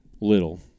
little